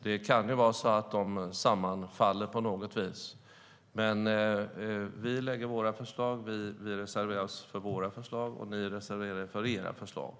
Det kan vara så att de sammanfaller på något vis, men vi lägger fram våra förslag och reserverar oss för dem, och ni reserverar er för era förslag.